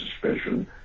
suspicion